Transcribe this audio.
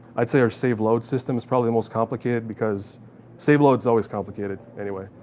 i'd say our save load system is probably the most complicated because save load's always complicated anyway.